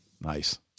Nice